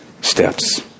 steps